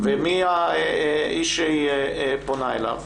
מי האיש שהיא פונה אליו?